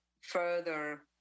further